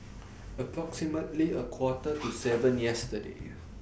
approximately A Quarter to seven yesterday